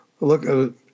Look